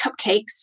cupcakes